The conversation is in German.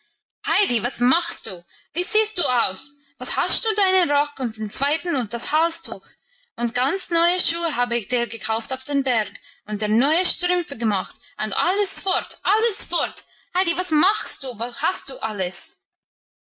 was machst du wie siehst du aus wo hast du deinen rock und den zweiten und das halstuch und ganz neue schuhe habe ich dir gekauft auf den berg und dir neue strümpfe gemacht und alles fort alles fort heidi was machst du wo hast du alles